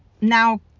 now